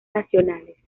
nacionales